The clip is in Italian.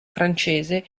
francese